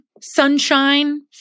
sunshine